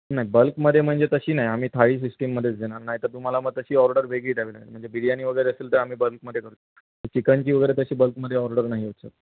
नाही बल्कमध्ये म्हणजे तशी नाही आम्ही थाळी सिस्टीमध्येच देणार नाहीतर तुम्हाला मग तशी ऑर्डर वेगळी द्यावी लागेल म्हणजे बिर्याणी वगैरे असेल तर आम्ही बल्कमध्ये करतो चिकनची वगैरे तशी बल्कमध्ये ऑर्डर नाही होत सर